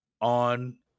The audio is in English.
on